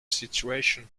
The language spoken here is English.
situation